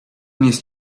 needs